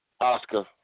Oscar